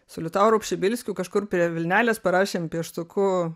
su liutauru pšibilskiu kažkur prie vilnelės parašėm pieštuku